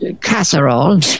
casserole